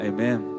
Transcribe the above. Amen